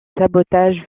sabotage